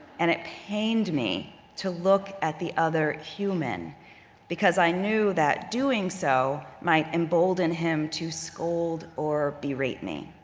and it pained me to look at the other human because i knew that doing so might embolden him to scold or berate me.